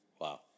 Wow